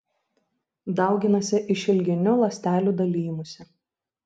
dauginasi išilginiu ląstelių dalijimusi